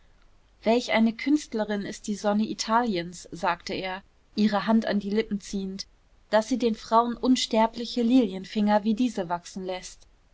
welch eine künstlerin ist die sonne italiens sagte er ihre hand an die lippen ziehend daß sie den frauen unsterbliche lilienfinger wie diese wachsen läßt